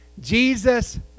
Jesus